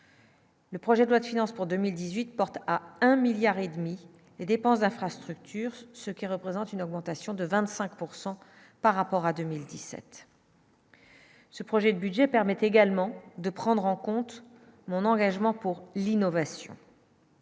Le projet de loi de finances pour 2018 porte à un milliard et demi les dépenses d'infrastructures, ce qui représente une augmentation de 25 pourcent par rapport à 2017. Ce projet de budget permet également de prendre en compte mon engagement pour l'innovation.